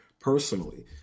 Personally